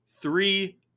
three